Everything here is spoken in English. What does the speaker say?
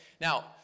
Now